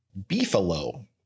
Beefalo